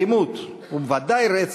אלימות, ובוודאי רצח,